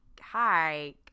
hi